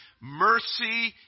mercy